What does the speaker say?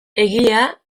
egilea